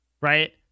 right